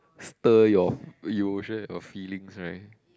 stir your emotion your feelings right